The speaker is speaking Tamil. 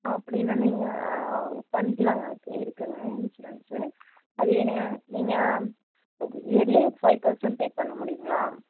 அப்படினா நீங்கள் பண்ணிகலாம்ங்க இருக்குங்க இன்சூரன்ஸு அது வேணா நீங்கள் இயர்லி ஃபை தௌசண்ட் பே பண்ண முடியுங்களா